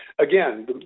Again